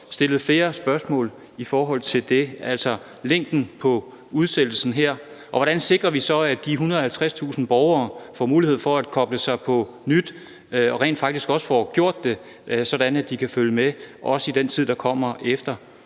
også stillet flere spørgsmål i forhold til længden på udsættelsen her. Hvordan sikrer vi så, at de 150.000 borgere får mulighed for at koble sig på igen, og at de rent faktisk også får gjort det, sådan at de kan følge med i den tid, der kommer bagefter?